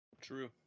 True